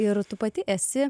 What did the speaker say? ir tu pati esi